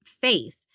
faith